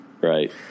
Right